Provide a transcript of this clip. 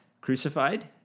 crucified